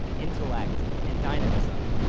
intellect, and dynamism.